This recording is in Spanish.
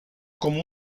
como